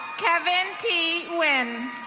kevin t win.